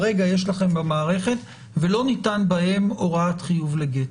יש לכם כרגע במערכת ולא ניתנה בהם הוראת חיוב לגט?